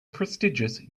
prestigious